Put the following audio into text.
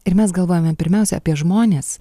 ir mes galvojame pirmiausia apie žmones